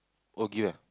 all give eh